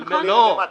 150,